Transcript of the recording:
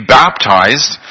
baptized